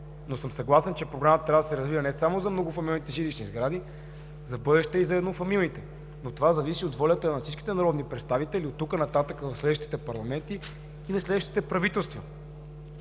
начин. Съгласен съм, че Програмата трябва да се развива не само за многофамилните жилищни сгради, а за в бъдеще и за еднофамилните. Това зависи от волята на всичките народни представители оттук нататък в следващите парламенти и следващите правителства.